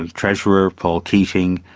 and treasurer paul keating,